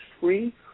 free